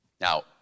Now